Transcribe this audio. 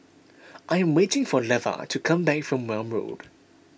I am waiting for Lavar to come back from Welm Road